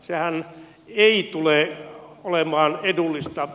sehän ei tule olemaan edullista